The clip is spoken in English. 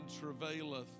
travaileth